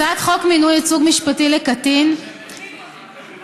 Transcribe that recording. הצעת חוק מינוי ייצוג משפטי לקטין, את כולם וחזר.